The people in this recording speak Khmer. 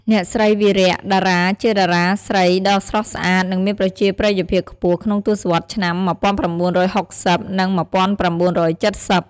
អ្នកស្រី វិរៈ ដារ៉ាជាតារាស្រីដ៏ស្រស់ស្អាត និងមានប្រជាប្រិយភាពខ្ពស់ក្នុងទសវត្សរ៍ឆ្នាំ ១៩៦០ និង ១៩៧០។